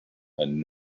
and